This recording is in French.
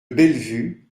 bellevue